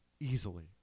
easily